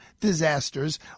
disasters